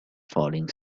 falling